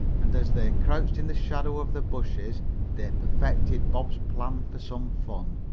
and as they crouched in the shadow of the bushes they perfected bob's plan for some fun.